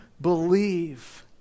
believe